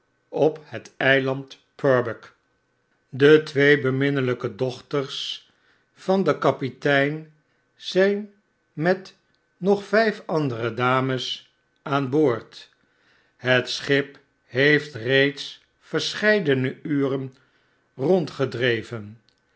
op het eiland purbeck de twee beminnelijke dochters van den kapitein zgn met nog vgf andere dames aan boord het schip heeft reeds verscheidene uren